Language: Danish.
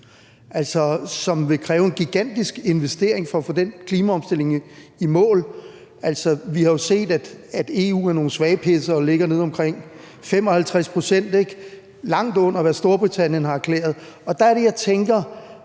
det vil kræve en gigantisk investering at få i mål. Altså, vi har jo set, at EU er nogle svagpissere og ligger nede omkring 55 pct., ikke? – langt under, hvad Storbritannien har erklæret. Der er det, jeg tænker: